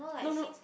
no no